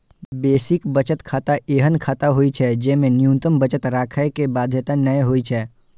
basic बचत खाता एहन खाता होइ छै, जेमे न्यूनतम बचत राखै के बाध्यता नै होइ छै